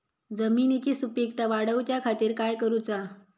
जमिनीची सुपीकता वाढवच्या खातीर काय करूचा?